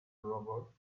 robot